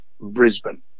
Brisbane